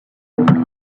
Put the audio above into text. cours